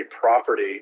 property